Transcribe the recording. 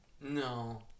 No